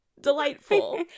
Delightful